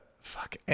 Fuck